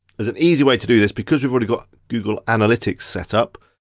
there's an easy way to do this, because we've already got google analytics set up,